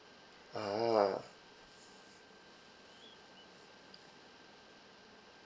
ah